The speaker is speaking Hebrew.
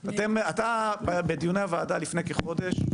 אתה, בדיוני הועדה לפני כחודש,